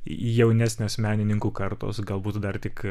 jaunesnės menininkų kartos galbūt dar tik